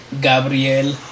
Gabriel